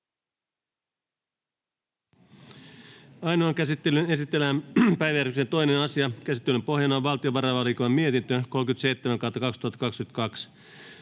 Ainoaan käsittelyyn esitellään päiväjärjestyksen 2. asia. Käsittelyn pohjana on valtiovarainvaliokunnan mietintö VaVM 37/2022